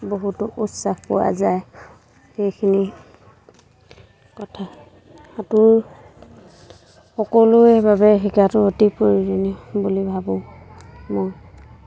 বহুতো উৎসাহ পোৱা যায় সেইখিনি কথা সাঁতোৰ সকলোৰে বাবে শিকাটো অতি প্ৰয়োজনীয় বুলি ভাবোঁ মই